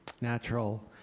natural